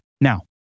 Now